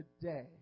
today